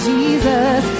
Jesus